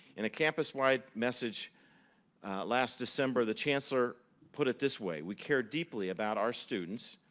in a campus-wide message last december, the chancellor put it this way. we care deeply about our students,